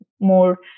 more